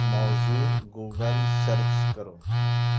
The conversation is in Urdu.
موضوع گوگل سرچ کرو